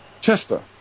Chester